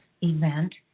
event